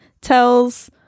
tells